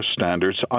standards